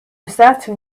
certain